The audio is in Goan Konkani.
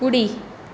उडी